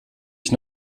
ich